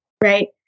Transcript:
right